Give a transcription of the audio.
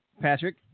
Patrick